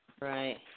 Right